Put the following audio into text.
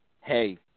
hey –